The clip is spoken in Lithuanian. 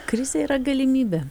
krizė yra galimybė